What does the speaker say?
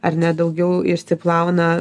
ar ne daugiau išsiplauna